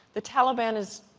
the taliban is,